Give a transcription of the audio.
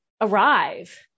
arrive